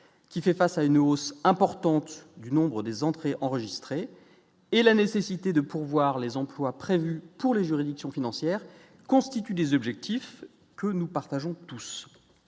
qui fait face à une hausse importante du nombre des entrées enregistrées et la nécessité de pourvoir les emplois prévus pour les juridictions financières constituent des objectifs que nous partageons tous,